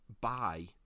buy